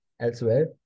elsewhere